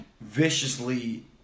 viciously